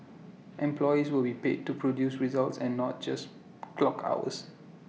employees will be paid to produce results and not just clock hours